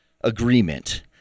agreement